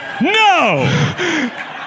No